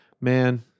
Man